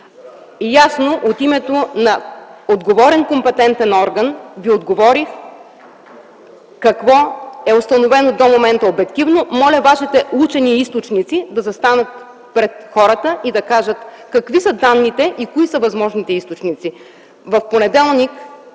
Ясно от името на отговорен компетентен орган Ви отговорих какво е установено до момента обективно. Моля вашите учени, вашите източници на информация да застанат пред хората и да кажат какви са данните и кои са възможните източници.